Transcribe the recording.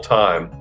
time